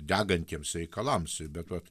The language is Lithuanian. degantiems reikalams bet vat